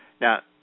Now